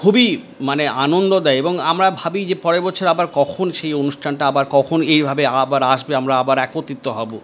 খুবই মানে আনন্দ দেয় এবং আমরা ভাবি যে পরের বছর আবার কখন সেই অনুষ্ঠানটা আবার কখন এইভাবে আবার আসবে আমরা আবার একত্রিত হবো